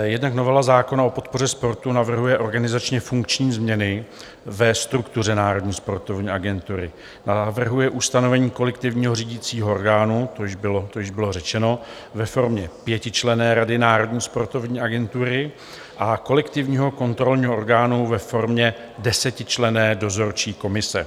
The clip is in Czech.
Jednak novela zákona o podpoře sportu navrhuje organizačněfunkční změny ve struktuře Národní sportovní agentury a navrhuje ustanovení kolektivního řídícího orgánu, to již bylo řečeno, ve formě pětičlenné rady Národní sportovní agentury a kolektivního kontrolního orgánu ve formě desetičlenné dozorčí komise.